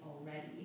already